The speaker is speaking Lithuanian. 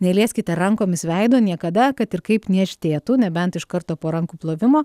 nelieskite rankomis veido niekada kad ir kaip niežtėtų nebent iš karto po rankų plovimo